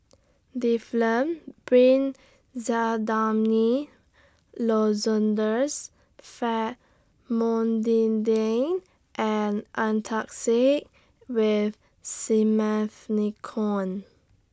Difflam Benzydamine Famotidine and Antacid with Simethicone